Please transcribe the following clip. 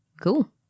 Cool